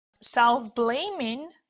self-blaming